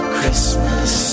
Christmas